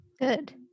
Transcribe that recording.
Good